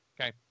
Okay